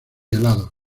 helados